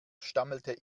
stammelte